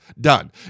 done